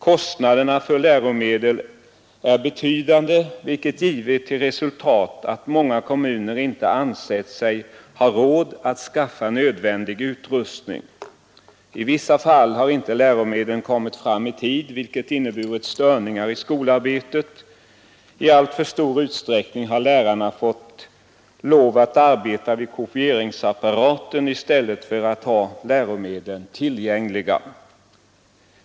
Kostnaderna för läromedel är betydande, vilket givit till resultat att många kommuner inte anser sig ha råd att skaffa nödvändig utrustning. I vissa fall har läromedlen inte kommit fram i tid, vilket inneburit störningar i skolarbetet; i alltför stor utsträckning har lärarna måst arbeta vid kopieringsapparaten i stället för att ha läromedlen tillgängliga.